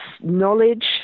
knowledge